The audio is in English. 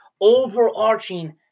overarching